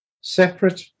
separate